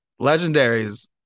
legendaries